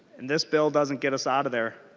in this bill doesn't get us out of there.